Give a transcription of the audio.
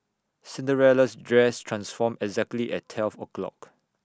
Cinderella's dress transformed exactly at twelve o'clock